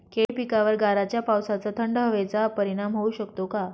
केळी पिकावर गाराच्या पावसाचा, थंड हवेचा परिणाम होऊ शकतो का?